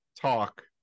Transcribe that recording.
talk